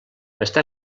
està